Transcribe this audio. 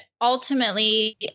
ultimately